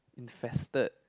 infested